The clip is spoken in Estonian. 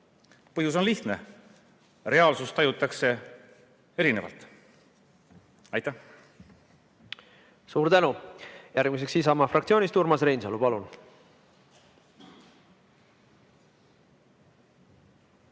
Põhjus on lihtne: reaalsust tajutakse erinevalt. Aitäh! Suur tänu! Järgmiseks Isamaa fraktsioonist Urmas Reinsalu, palun!